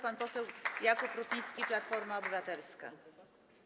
Pan poseł Jakub Rutnicki, Platforma Obywatelska.